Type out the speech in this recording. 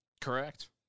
correct